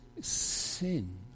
sin